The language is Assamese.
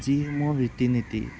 যিসমূহ ৰীতি নীতি